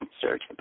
Search